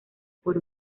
por